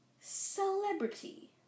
Celebrity